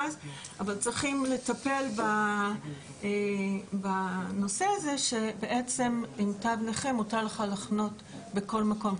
אבל צריכים לטפל בנושא הזה שבעצם עם תו נכה מותר לך לחנות בכל מקום.